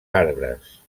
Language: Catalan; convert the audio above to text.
arbres